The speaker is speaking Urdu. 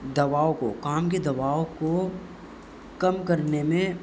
دواؤں کو کام کے دواؤں کو کم کرنے میں